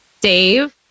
Dave